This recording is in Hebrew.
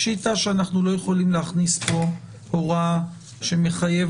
פשיטא שאנחנו לא יכולים להכניס פה הוראה שמחייבת